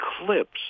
eclipse